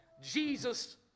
Jesus